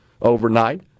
overnight